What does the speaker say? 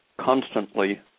constantly